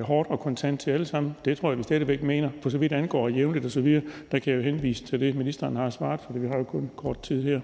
hårdt og kontant til, og det tror jeg stadig væk vi mener. For så vidt angår det med jævnligt osv., kan jeg henvise til det, ministeren har svaret, for vi har jo kun kort tid her.